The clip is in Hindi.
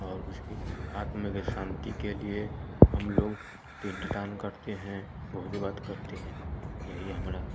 और उसके आत्मा की शांति के लिए हम लोग पिंड दान करते हैं भोज भात करते हैं यही हमारा